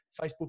Facebook